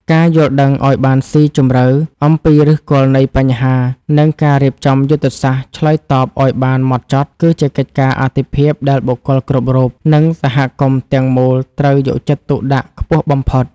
ការយល់ដឹងឱ្យបានស៊ីជម្រៅអំពីឫសគល់នៃបញ្ហា និងការរៀបចំយុទ្ធសាស្ត្រឆ្លើយតបឱ្យបានហ្មត់ចត់ គឺជាកិច្ចការអាទិភាពដែលបុគ្គលគ្រប់រូប និងសហគមន៍ទាំងមូលត្រូវយកចិត្តទុកដាក់ខ្ពស់បំផុត។